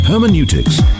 Hermeneutics